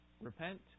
repent